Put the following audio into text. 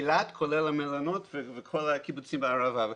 אילת, כולל המלונות וכל הקיבוצים בערבה.